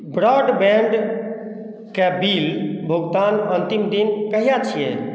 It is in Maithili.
ब्रौड बैण्ड कए बिल भुगतान अन्तिम दिन कहिया छियै